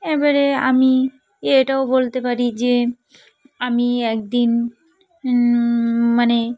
এবারে আমি এটাও বলতে পারি যে আমি একদিন মানে